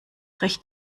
recht